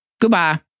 Goodbye